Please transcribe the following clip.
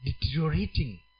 deteriorating